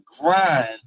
grind